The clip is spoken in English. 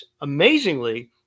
amazingly